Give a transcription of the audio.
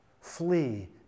flee